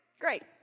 great